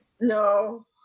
No